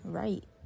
right